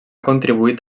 contribuït